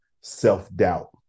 self-doubt